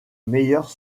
meilleures